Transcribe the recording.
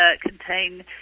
contain